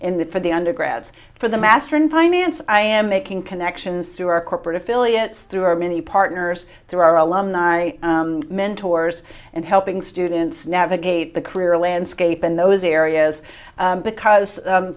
the for the undergrads for the master in finance i am making connections through our corporate affiliates through our many partners through our alumni mentors and helping students navigate the career landscape in those areas because